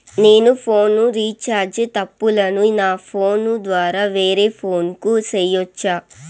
నేను phone recharge తప్పులను నా ఫోను ద్వారా వేరే ఫోను కు సేయొచ్చా?